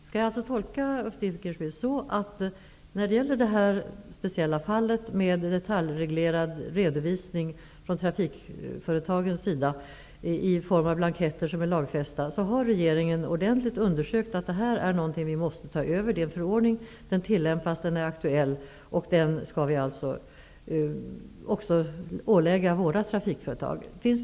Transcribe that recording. Herr talman! Skall jag alltså tolka Ulf Dinkelspiel så, att regeringen, när det gäller det här speciella fallet med en detaljreglerad redovisning från trafikföretagens sida i form av blanketter som är lagfästa, ordentligt har undersökt det hela och funnit att det gäller något som vi måste ta över -- dvs. att det handlar om en förordning som tillämpas, som alltså är aktuell och som vi skall ålägga svenska trafikföretag att följa?